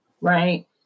right